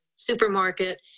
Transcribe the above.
supermarket